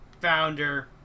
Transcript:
founder